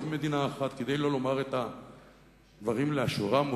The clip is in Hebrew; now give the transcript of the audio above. מדינה" כדי לא לומר את הדברים לאשורם,